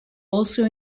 also